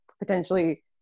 potentially